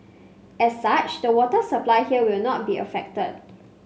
as such the water supply here will not be affected